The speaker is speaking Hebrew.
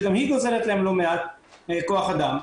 שגם היא גוזלת להם לא מעט כוח אדם,